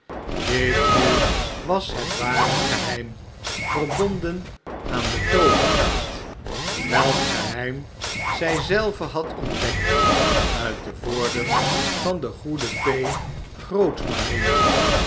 dit nu was het ware geheim verbonden aan de toovergraat welk geheim zy zelve had ontdekt uit de woorden van de soede fee